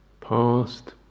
past